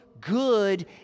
good